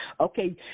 Okay